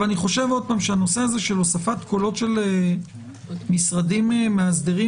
אני חושב שהוספת קולות משרדים מאסדרים